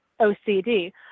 OCD